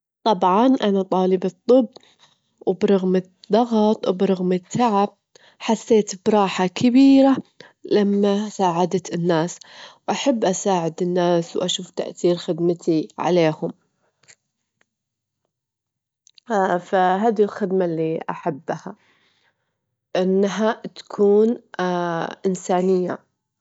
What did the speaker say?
نعم، يمكن للفن إنه يكون له تأثير سلبي على المجتمع في وقت معين، إنه لما يروج للعنف أو الكراهية، لازم يكون الفن في خدمة المجتمع والمشاعر الإيجابية وما يوصل للمجتمع مشاعر سلبية.